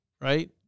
right